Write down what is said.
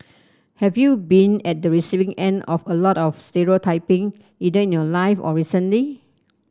have you been at the receiving end of a lot of stereotyping either in your life or recently